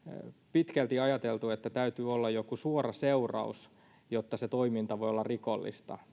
pitkälti ajatelleet että täytyy olla joku suora seuraus jotta se toiminta voi olla rikollista